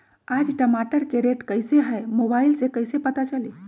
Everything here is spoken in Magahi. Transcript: आज टमाटर के रेट कईसे हैं मोबाईल से कईसे पता चली?